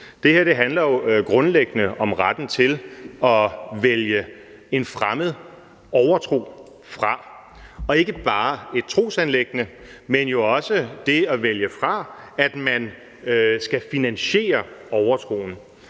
Det her handler jo grundlæggende om retten til at vælge en fremmed overtro fra – og ikke bare om et trosanliggende – men jo også om retten til at vælge fra, at man skal finansiere overtroen.